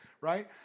right